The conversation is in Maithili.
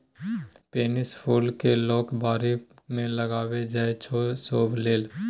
पेनसी फुल केँ लोक बारी मे लगाबै छै शोभा लेल